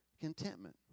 contentment